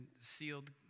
sealed